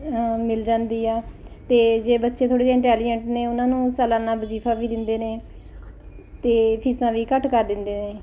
ਮਿਲ ਜਾਂਦੀ ਆ ਅਤੇ ਜੇ ਬੱਚੇ ਥੋੜ੍ਹੇ ਜਿਹੇ ਇੰਟੈਲੀਜੈਂਟ ਨੇ ਉਹਨਾਂ ਨੂੰ ਸਲਾਨਾ ਵਜੀਫਾ ਵੀ ਦਿੰਦੇ ਨੇ ਅਤੇ ਫੀਸਾਂ ਵੀ ਘੱਟ ਕਰ ਦਿੰਦੇ ਨੇ